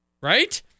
Right